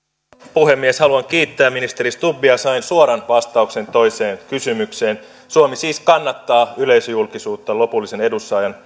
puhemies haluan kiittää ministeri stubbia sain suoran vastauksen toiseen kysymykseen suomi siis kannattaa yleisöjulkisuutta lopullisen edunsaajan